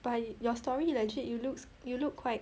but your story legit you looks you look quite